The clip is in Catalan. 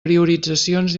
prioritzacions